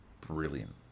brilliant